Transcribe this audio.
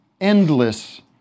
endless